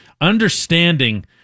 Understanding